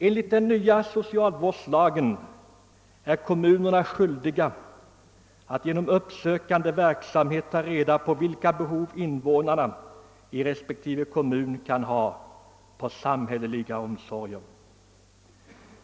Enligt den nya socialvårdslagen är kommunerna skyldiga att genom uppsökande verksamhet ta reda på sina invånares behov av samhälleliga omsorger.